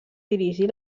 dirigí